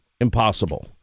impossible